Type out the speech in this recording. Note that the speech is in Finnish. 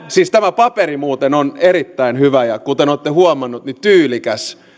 siis tämä paperi muuten on erittäin hyvä ja kuten olette huomanneet tyylikäs